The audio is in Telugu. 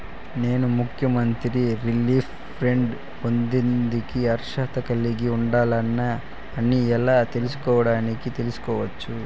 నేను ముఖ్యమంత్రి రిలీఫ్ ఫండ్ పొందేకి అర్హత కలిగి ఉండానా అని ఎలా తెలుసుకోవడానికి తెలుసుకోవచ్చు